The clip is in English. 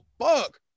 fuck